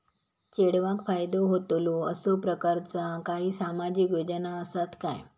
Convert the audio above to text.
चेडवाक फायदो होतलो असो प्रकारचा काही सामाजिक योजना असात काय?